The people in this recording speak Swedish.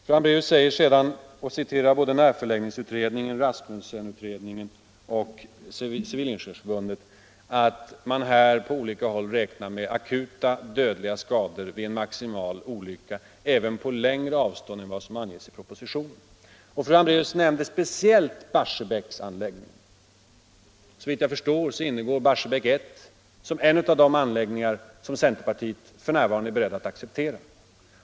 Fru Hambraeus citerar närförläggningsutredningen, Rasmussenutredningen och Civilingenjörsförbundet och säger att man på olika håll räknar med akuta dödliga skador vid en maximal olycka även på längre avstånd än vad som anges i propositionen. Fru Hambraeus nämnde speciellt Barsebäcksanläggningen. Såvitt jag förstår ingår Barsebäck I som en av de anläggningar som centerpartiet f. n. är berett att acceptera.